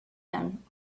him